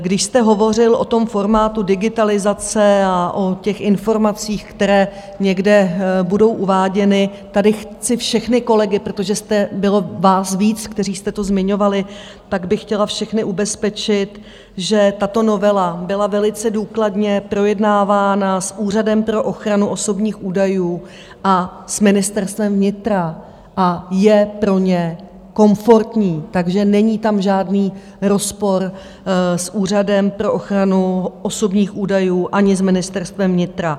Když jste hovořil o formátu digitalizace a o informacích, které někde budou uváděny, tady chci všechny kolegy, protože bylo vás víc, kteří jste to zmiňovali, tak bych chtěla všechny ubezpečit, že tato novela byla velice důkladně projednávána s Úřadem pro ochranu osobních údajů a s Ministerstvem vnitra a je pro ně komfortní, takže není tam žádný rozpor s Úřadem pro ochranu osobních údajů ani s Ministerstvem vnitra.